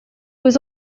was